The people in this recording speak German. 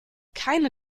keine